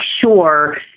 sure